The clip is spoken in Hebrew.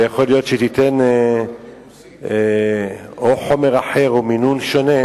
ויכול להיות שהיא תיתן חומר אחר או מינון שונה,